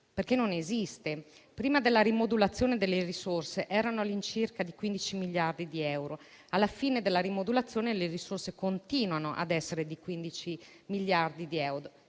sicuri. Non esiste: prima della rimodulazione, le risorse erano all'incirca 15 miliardi di euro; alla fine della rimodulazione, le risorse continuano ad essere 15 miliardi di euro;